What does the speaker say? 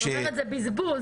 את אומרת, זה בזבוז.